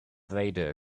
vader